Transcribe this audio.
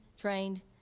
trained